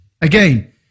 Again